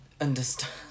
understand